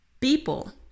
people